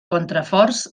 contraforts